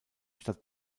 stadt